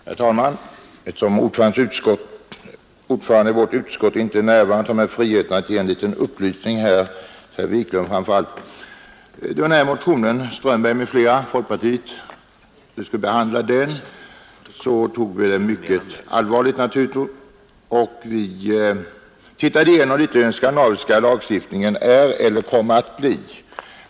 Herr talman! Då ordföranden i trafikutskottet, herr Gustafson i Göteborg, tyvärr är förhindrad närvara på grund av annat uppdrag tar jag mig friheten att ge en liten upplysning framför allt till herr Wiklund. När vi skulle behandla motionen från folkpartiet av herr Strömberg m.fl. tog vi naturligt nog mycket allvarligt på uppgiften. Vi tog reda på den skandinaviska lagstiftning på området som finns eller planeras.